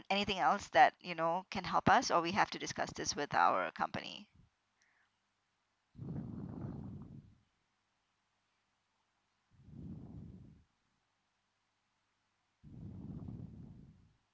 anything else that you know can help us or we have to discuss this with our company